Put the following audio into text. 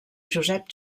josep